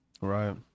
right